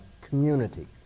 community